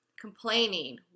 complaining